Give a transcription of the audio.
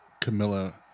Camilla